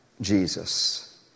Jesus